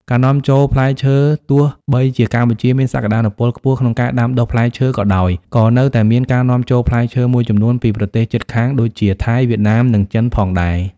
ការនាំចូលផ្លែឈើទោះបីជាកម្ពុជាមានសក្តានុពលខ្ពស់ក្នុងការដាំដុះផ្លែឈើក៏ដោយ ក៏នៅមានការនាំចូលផ្លែឈើមួយចំនួនពីប្រទេសជិតខាងដូចជា ថៃ វៀតណាម និង ចិន ផងដែរ។